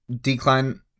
decline